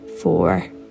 four